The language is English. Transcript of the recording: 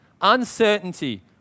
uncertainty